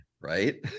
right